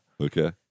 Okay